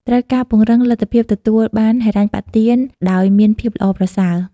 ត្រូវការពង្រឹងលទ្ធភាពទទួលបានហិរញ្ញប្បទានអោយមានភាពល្អប្រសើរ។